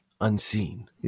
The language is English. unseen